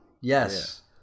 Yes